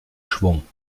schwung